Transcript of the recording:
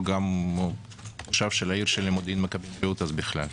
הוא גם מן העיר שלי, מודיעין-מכבים-רעות, אז בכלל.